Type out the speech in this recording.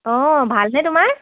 অঁ ভালনে তোমাৰ